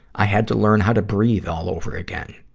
i had to learn how to breathe all over again.